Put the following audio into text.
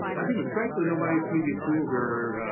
i think the strengths of the novi community schools are